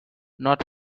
not